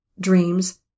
dreams